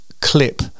clip